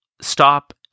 stop